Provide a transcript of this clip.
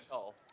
oh,